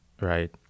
right